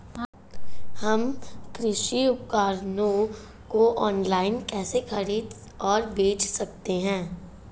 हम कृषि उपकरणों को ऑनलाइन कैसे खरीद और बेच सकते हैं?